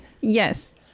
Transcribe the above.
Yes